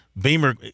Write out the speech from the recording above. Beamer